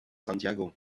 santiago